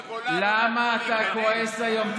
בגולה, למה אתה כועס היום?